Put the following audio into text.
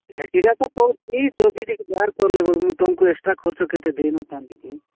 ହେତିପାଇଁ ତ କହୁଛି ଜଲ୍ଦି ଟିକେ ବାହାର କଲେ ମୁଇଁ ତାଙ୍କୁ ଏକ୍ସଟ୍ରା ଖର୍ଚ୍ଚ କେତେ ଦେଇନଥାନ୍ତି କି